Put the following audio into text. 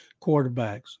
quarterbacks